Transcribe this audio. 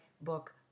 book